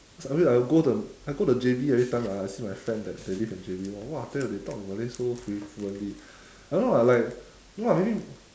I mean I'll go the I go the J_B every time I I see my friend that they live in J_B [one] !wah! I tell you they talk in malay so fluently I don't know ah like no ah maybe